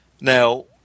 Now